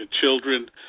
children